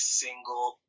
single